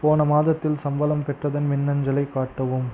போன மாதத்தில் சம்பளம் பெற்றதன் மின்னஞ்சலை காட்டவும்